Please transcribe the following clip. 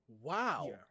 wow